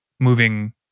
moving